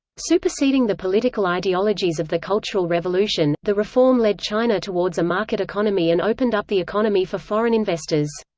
superseding the political ideologies of the cultural revolution, the reform led china towards a market economy and opened up the economy for foreign investors.